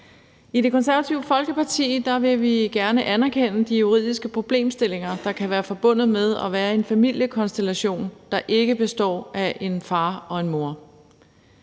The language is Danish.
I Det Konservative Folkeparti vil vi gerne anerkende de juridiske problemstillinger, der kan være forbundet med at være i en familiekonstellation, der ikke består af en far og en mor.